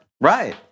Right